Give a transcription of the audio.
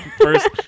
First